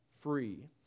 free